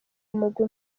mugwi